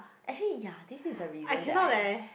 actually ya this is a reason that I